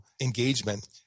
engagement